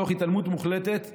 תוך התעלמות מוחלטת מהאזרחים,